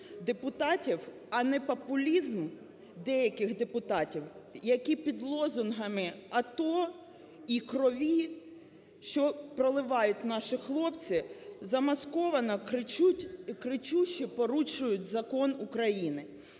депутатів, а не популізм деяких депутатів, які під лозунгами АТО і крові, що проливають наші хлопці, замасковано кричуще порушують закон України.